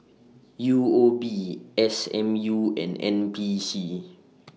U O B S M U and N P C